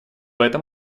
этом